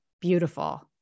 Beautiful